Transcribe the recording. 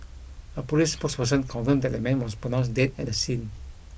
a police spokesperson confirmed that the man was pronounced dead at the scene